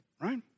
right